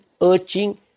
urging